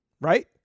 right